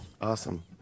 awesome